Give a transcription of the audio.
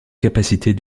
capacités